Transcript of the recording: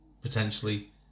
potentially